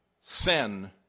Sin